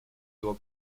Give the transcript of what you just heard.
его